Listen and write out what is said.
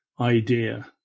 idea